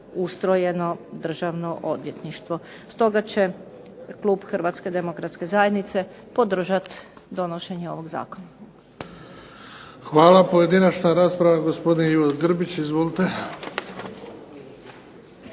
ustrojeno Državno odvjetništvo. Stoga će klub Hrvatske demokratske zajednice podržati donošenje ovog zakona. **Bebić, Luka (HDZ)** Hvala. Pojedinačna rasprava. Gospodin Ivo Grbić, izvolite.